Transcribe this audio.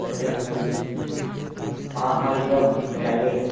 बढ़िया सीटें भी है हाँ हाँ एक दम बकायदे